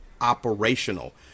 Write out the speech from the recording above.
operational